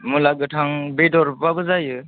मुला गोथां बेदरबाबो जायो